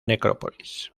necrópolis